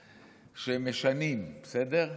שמשנים, בסדר,